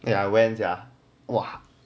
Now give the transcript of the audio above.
then I went ah !wah!